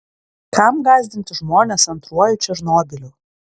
kam gąsdinti žmones antruoju černobyliu